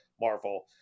Marvel